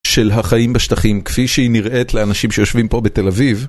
של החיים בשטחים כפי שהיא נראית לאנשים שיושבים פה בתל אביב.